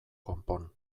konpon